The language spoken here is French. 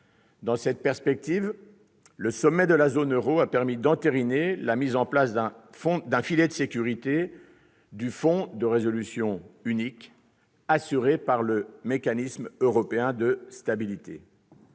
Dans cette perspective, le sommet de la zone euro a permis d'entériner la mise en place d'un filet de sécurité du Fonds de résolution unique, assuré par le Mécanisme européen de stabilité.